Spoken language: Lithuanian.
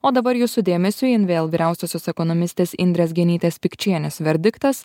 o dabar jūsų dėmesiui invl vyriausiosios ekonomistės indrės genytės pikčienės verdiktas